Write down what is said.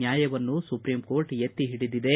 ನ್ಯಾಯವನ್ನು supreme court ಎತ್ತಿ ಹಿಡಿದಿದೆ